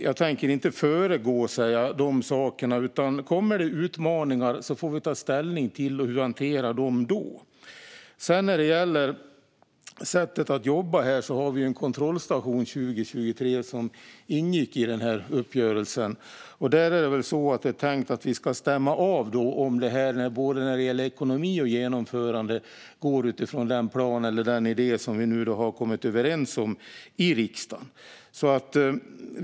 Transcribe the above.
Jag tänker inte föregripa de sakerna, utan kommer det utmaningar får vi ta ställning till hur vi hanterar dem då. Sedan gäller det sättet att jobba. Vi har en kontrollstation 2023 - det ingick i uppgörelsen. Det är väl tänkt att vi då ska stämma av hur det går utifrån den plan eller idé som vi kommit överens om i riksdagen när det gäller både ekonomi och genomförande.